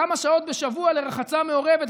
כמה שעות בשבוע לרחצה לא מעורבת?